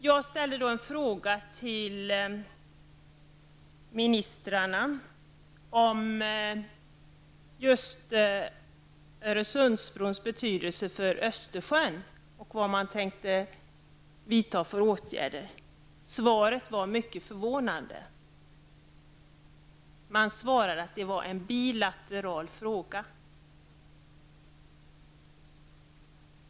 Jag ställde en fråga till ministrarna om Öresundsbrons betydelse för Östersjön och vad man tänkte vidta för åtgärder. Svaret var mycket förvånande. Man svarade att det var en bilateral fråga.